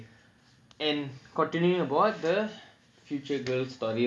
and continuing about the future girl story right coming back to the spirituality